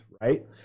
right